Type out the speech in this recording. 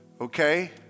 Okay